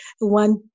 One